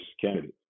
candidates